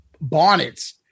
Bonnets